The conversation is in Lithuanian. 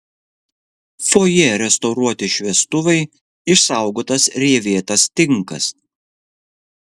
fojė restauruoti šviestuvai išsaugotas rievėtas tinkas